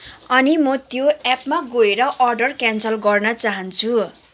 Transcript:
अनि म त्यो एपमा गएर अर्डर क्यान्सल गर्न चाहन्छु